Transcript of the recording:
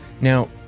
Now